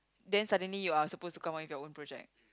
then suddenly you are supposed to come up with your own project